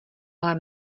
ale